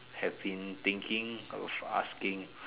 have been thinking of asking